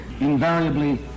invariably